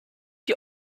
die